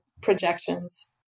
projections